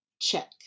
Check